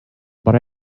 but